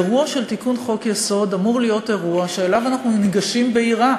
אירוע של תיקון חוק-יסוד אמור להיות אירוע שאליו אנחנו ניגשים ביראה,